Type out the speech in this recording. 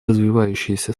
развивающиеся